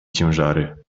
ciężary